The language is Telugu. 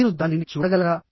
మీరు దానిని చూడగలరా